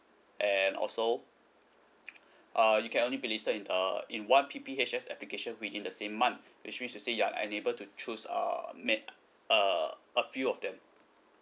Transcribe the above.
and also uh you can only be listed in the in one P_P_H_S application within the same month which means to say you're unable to choose err made err a few of them